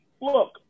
look